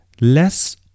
less